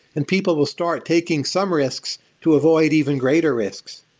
and people will start taking some risks to avoid even greater risks.